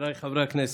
חבריי חברי הכנסת,